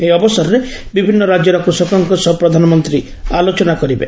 ଏହି ଅବସରରେ ବିଭିନ୍ଦ ରାଜ୍ୟର କୃଷକଙ୍କ ସହ ପ୍ରଧାନମନ୍ତୀ ଆଲୋଚନା କରିବେ